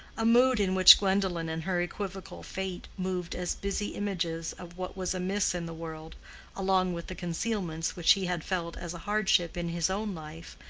a mood in which gwendolen and her equivocal fate moved as busy images of what was amiss in the world along with the concealments which he had felt as a hardship in his own life,